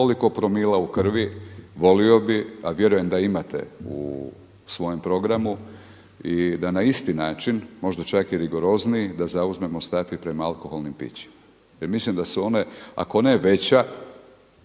toliko promila u krvi, volio bih a vjerujem da imate u svojem programu i da na isti način možda čak i rigorozniji da zauzmemo stav i prema alkoholnim pićima. Jer mislim da su one, ako ne veća